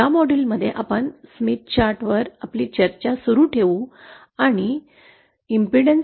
या मॉड्यूलमध्ये आपण स्मिथ चार्टवर आपली चर्चा सुरू ठेवू आणि प्रतिबाधा